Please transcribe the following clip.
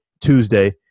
Tuesday